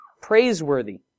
praiseworthy